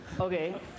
Okay